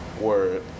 word